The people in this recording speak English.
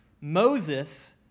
Moses